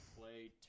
play